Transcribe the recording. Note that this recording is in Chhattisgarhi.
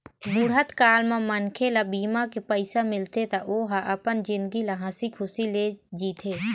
बुढ़त काल म मनखे ल बीमा के पइसा मिलथे त ओ ह अपन जिनगी ल हंसी खुसी ले जीथे